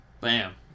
Bam